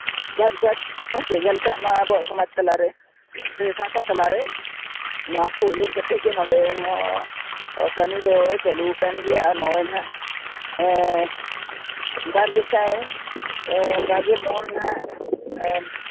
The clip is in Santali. ᱡᱟᱠ ᱡᱟᱠ ᱦᱮᱸᱥᱮ ᱧᱮᱞ ᱠᱟᱜ ᱢᱟ ᱟᱵᱚᱣᱟᱜ ᱥᱚᱢᱟᱡᱽ ᱛᱟᱞᱟᱨᱮ ᱥᱮ ᱥᱟᱶᱛᱟ ᱛᱟᱞᱟᱨᱮ ᱱᱚᱣᱟ ᱠᱚ ᱩᱭᱦᱟᱹᱨ ᱠᱟᱛᱮᱫ ᱜᱮ ᱱᱚᱰᱮ ᱦᱚᱸ ᱠᱟᱹᱢᱤᱫᱚ ᱪᱟᱹᱞᱩᱣᱟᱠᱟᱱ ᱜᱮᱭᱟ ᱟᱨ ᱱᱚᱜᱼᱚᱭ ᱦᱟᱸᱜ ᱵᱟᱨ ᱡᱚᱠᱷᱚᱱ ᱵᱟᱨᱜᱮ ᱢᱚᱬ ᱦᱟᱸᱜ